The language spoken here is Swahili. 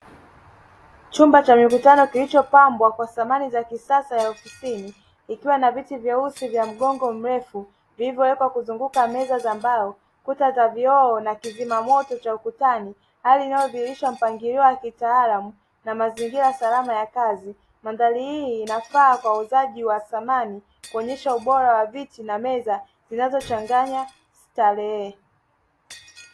Chumba cha mikutano kilichopambwa kwa samani za kisasa za ofisini, kikiwa na viti vyeusi vya mgongo mrefu, vilivyowekwa kuzunguka meza za mbao, kuta za vioo na kizima moto cha ukutani. Hali inayodhihirisha mpangilio wa kitaalamu na mazingira salama ya kazi. Mandhari hii inafaa kwa uuzaji wa samani, kuonyesha ubora wa viti na meza, vinavyochanganya starehe.